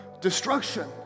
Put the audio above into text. destruction